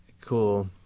cool